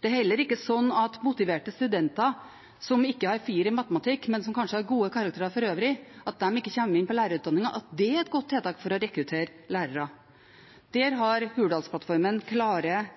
Det er heller ikke slik at det at motiverte studenter som ikke har karakteren 4 i matematikk – men som kanskje har gode karakterer for øvrig – ikke kommer inn på lærerutdanningen, er et godt tiltak for å rekruttere lærere. Der har Hurdalsplattformen klare